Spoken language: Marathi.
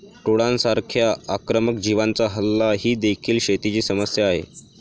टोळांसारख्या आक्रमक जीवांचा हल्ला ही देखील शेतीची समस्या आहे